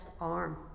arm